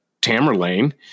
Tamerlane